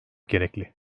gerekli